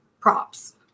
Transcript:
props